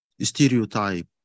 stereotype